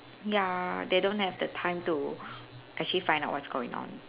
ya they don't have the time to actually find out what's going on